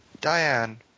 Diane